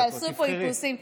אז תעשו פה איפוסים.